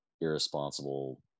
irresponsible